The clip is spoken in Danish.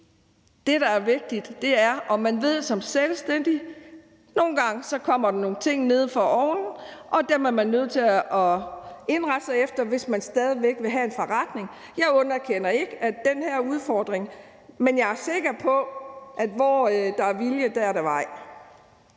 det, der er vigtigt, er, at man ved som selvstændig, at nogle gange kommer der nogle ting ned fra oven, og dem er man nødt til at indrette sig efter, hvis man stadig væk vil have en forretning. Jeg underkender ikke den her udfordring, men jeg er sikker på, at hvor der er vilje, er der vej.